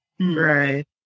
Right